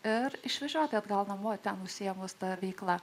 ir išvežioti atgal namo ten mūsų javus ta veikla